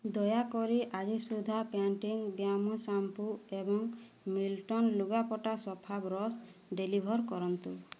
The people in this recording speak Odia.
ଦୟାକରି ଆଜି ସୁଦ୍ଧା ପ୍ୟାଣ୍ଟିନ୍ ବ୍ୟାମ୍ବୁ ଶ୍ୟାମ୍ପୁ ଏବଂ ମିଲଟନ୍ ଲୁଗାପଟା ସଫା ବ୍ରଶ୍ ଡେଲିଭର୍ କରନ୍ତୁ